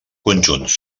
conjunts